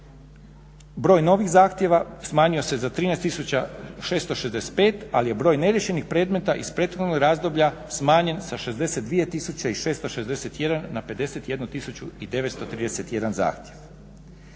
Broj novih zahtjeva smanjio se za 13665, ali je broj neriješenih predmeta iz prethodnog razdoblja smanjen sa 62661 na 51931 zahtjev.